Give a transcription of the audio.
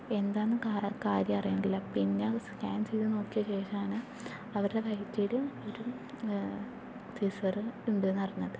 എന്താണ് കാര്യം അറിയണില്ല പിന്നെ സ്കാൻ ചെയ്ത് നോക്കിയ ശേഷമാണ് അവരുടെ വയറ്റില് ഒരു സിസ്സറ് ഉണ്ട് എന്ന് അറിഞ്ഞത്